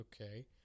okay